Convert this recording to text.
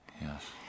Yes